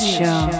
Show